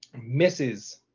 misses